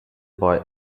boy